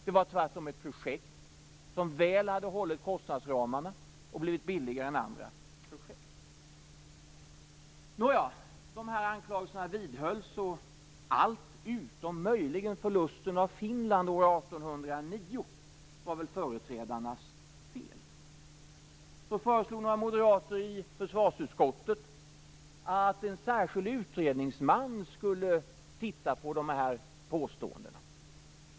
Det var tvärtom ett projekt som väl hade hållit kostnadsramarna och blivit billigare än andra projekt. De här anklagelserna vidhölls, och allt utom möjligen förlusten av Finland år 1809 var väl företrädarnas fel. Då föreslog några moderater i försvarsutskottet att en särskild utredningsman skulle titta på dessa påståenden.